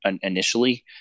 initially